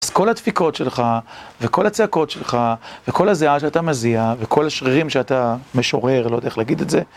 אז כל הדפיקות שלך, וכל הצעקות שלך, וכל הזיעה שאתה מזיע, וכל השרירים שאתה משורר, לא יודע איך להגיד את זה.